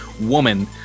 woman